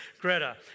Greta